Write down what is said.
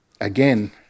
Again